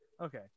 okay